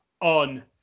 on